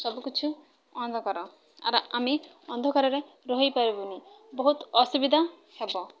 ସବୁକିଛି ଅନ୍ଧକାର ଆର ଆମେ ଅନ୍ଧକାରରେ ରହିପାରିବୁନି ବହୁତ ଅସୁବିଧା ହେବ